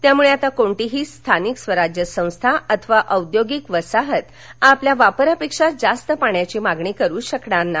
त्यामुळं आता कोणतीही स्थानिक स्वराज्य संस्था अथवा औद्योगिक वसाहत आपल्या वापरापेक्षा जास्त पाण्याची मागणी करू शकणार नाही